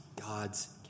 God's